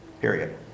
period